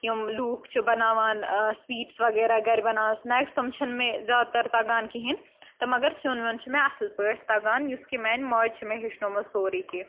یِم لوکھ چھِ بَناوان ٲں سُویٖٹٕس وغیرہ گَھرِ بَناوان سٕنیکٕس تِم چھِنہٕ مےٚ زیادٕ تَر تَگان کِہیٖنۍ تہٕ مگر سیُن ویُن چھُ مےٚ اصٕل پٲٹھۍ تَگان یُس کہِ میانہِ ماجہِ چھُ مےٚ ہیٚچھنٲومُت سورٕے کیٚنٛہہ